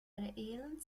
reellen